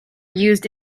used